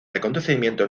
acontecimientos